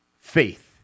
faith